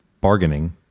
bargaining